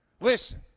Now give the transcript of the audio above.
Listen